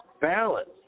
balance